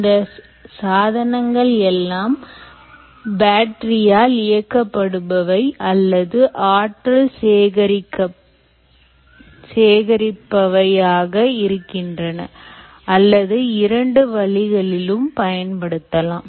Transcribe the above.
இந்த சாதனங்கள் எல்லாம் பேட்டரியால் இயக்கப்படுபவை அல்லது ஆற்றல் சேகரிப்பவையாக இருக்கின்றன அல்லது இரண்டு வழிகளிலும் பயன்படுத்தலாம்